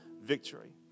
victory